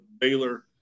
Baylor